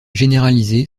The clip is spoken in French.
généraliser